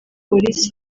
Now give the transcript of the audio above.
polisi